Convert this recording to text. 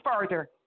further